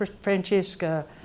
Francesca